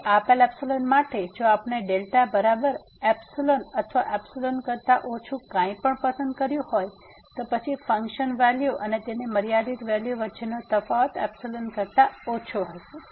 તેથી આપેલ માટે જો આપણે બરાબર અથવા ϵ કરતા ઓછું કંઈપણ પસંદ કર્યું હોય તો પછી ફંકશન વેલ્યુ અને તેના મર્યાદિત વેલ્યુ વચ્ચેનો તફાવત ϵ કરતા ઓછો હશે